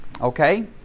okay